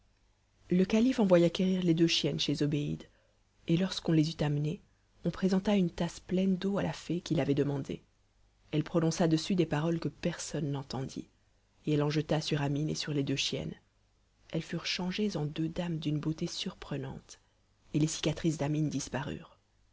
le calife envoya quérir les deux chiennes chez zobéide et lorsqu'on les eut amenées on présenta une tasse pleine d'eau à la fée qui l'avait demandée elle prononça dessus des paroles que personne n'entendit et elle en jeta sur amine et sur les deux chiennes elles furent changées en deux dames d'une beauté surprenante et les cicatrices d'amine